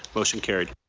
motion carried.